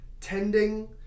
tending